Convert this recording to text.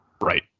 Right